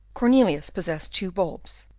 cornelius possessed two bulbs,